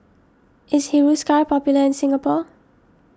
is Hiruscar popular in Singapore